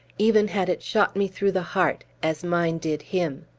even had it shot me through the heart, as mine did him.